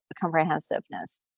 comprehensiveness